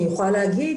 אני יכולה להגיד